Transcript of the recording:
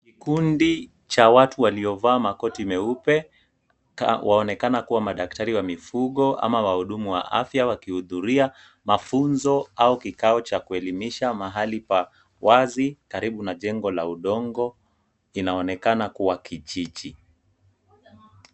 Kikundi cha watu waliovaa makoti meupe, waonekana kuwa madaktari wa mifugo ama wahudumu wa afya wakihudhuria mafunzo au kikao cha kuelimisha mahali pa wazi karibu na jengo la udongo. Inaonekana kuwa kijiji.